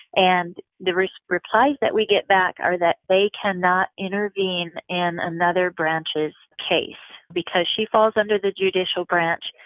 and the replies that we get back are that they cannot intervene in another branch's case. because she falls under the judicial branch,